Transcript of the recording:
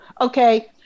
Okay